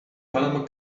panama